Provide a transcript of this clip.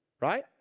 right